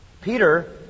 Peter